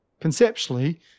Conceptually